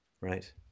Right